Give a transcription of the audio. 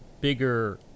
bigger